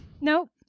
Nope